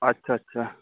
اچھا اچھا